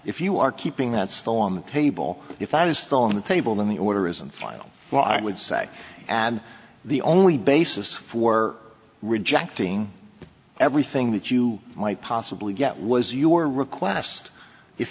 if you are keeping that still on the table if that is still on the table then the order is a final well i would say and the only basis for rejecting it everything that you might possibly get was your request if